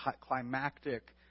climactic